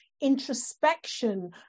introspection